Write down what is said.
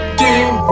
game